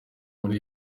muri